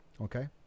Okay